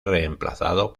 reemplazado